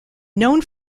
known